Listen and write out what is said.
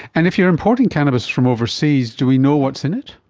and if you are importing cannabis from overseas, do we know what's in it?